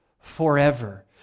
forever